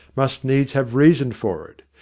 must needs have reason for it.